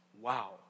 Wow